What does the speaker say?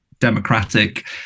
Democratic